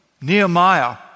Nehemiah